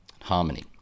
harmony